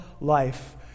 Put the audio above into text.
life